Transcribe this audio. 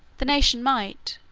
the nation might,